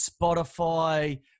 Spotify